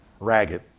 ragged